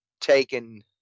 taken